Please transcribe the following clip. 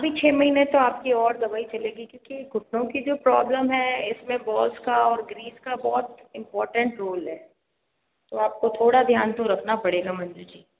अभी छः महीने तो आपकी और दवाई चलेगी क्योंकि घुटनों की जो प्रॉब्लम है इसमें बोस का और ग्रीस का बहुत इम्पोर्टेन्ट रोल है तो आपको थोड़ा ध्यान तो रखना पड़ेगा मंजू जी